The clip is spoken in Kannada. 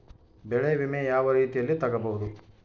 ಬೆಳೆ ವಿಮೆ ಯಾವ ರೇತಿಯಲ್ಲಿ ತಗಬಹುದು?